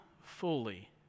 fully